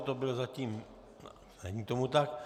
To byl zatím... není tomu tak.